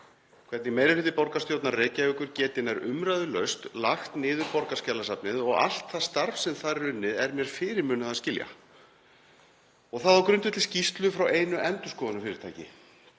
Hvernig meiri hluti borgarstjórnar Reykjavíkur getur nær umræðulaust lagt niður Borgarskjalasafnið og allt það starf sem þar er unnið er mér fyrirmunað að skilja, og það á grundvelli skýrslu frá einu endurskoðunarfyrirtæki.